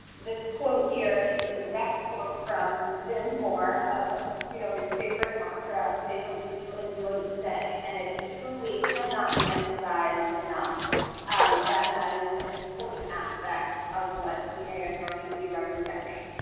this quote here is a direct quote from jim moore of you know his favorite mantra, say what you do, and do what you say. and it truly cannot be emphasized enough that that is an important aspect of what the asr should be representing.